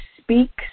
speaks